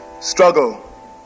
struggle